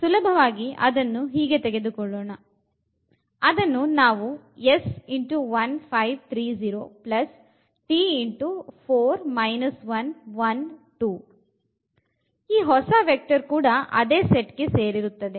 ಸುಲಭವಾಗಿ ಅದನ್ನು ಹೀಗೆ ತೆಗೆದುಕೊಳ್ಳೋಣ t ಈ ಹೊಸ ವೆಕ್ಟರ್ ಕೂಡ ಅದೇ ಸೆಟ್ ಗೆ ಸೇರಿರುತ್ತದೆ